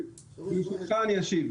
ברשותך אני אשיב.